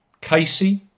Casey